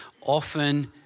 often